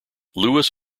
lewis